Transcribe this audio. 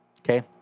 okay